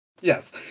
yes